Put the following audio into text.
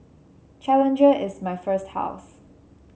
challenger is my first house